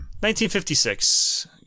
1956